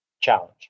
challenge